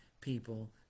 people